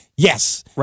Yes